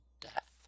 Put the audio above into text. death